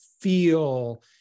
feel